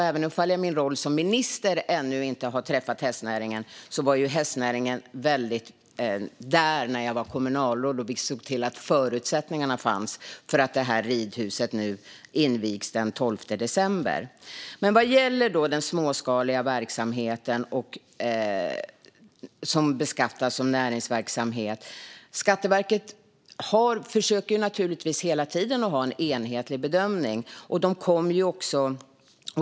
Även om jag i min roll som minister ännu inte har träffat hästnäringen var hästnäringen väldigt närvarande när jag var kommunalråd där och vi såg till att förutsättningarna fanns för att ridhuset nu invigs den 12 december. Vad gäller den småskaliga verksamheten som beskattas som näringsverksamhet försöker Skatteverket naturligtvis hela tiden att ha en enhetlig bedömning.